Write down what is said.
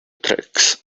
tracks